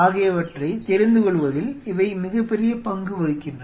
ஆகியவற்றை தெரிந்துகொள்வதில் இவை மிகப்பெரிய பங்கு வகிக்கின்றன